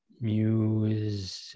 music